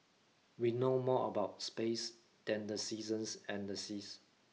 we know more about space than the seasons and the seas